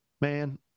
Man